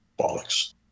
Bollocks